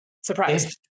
surprise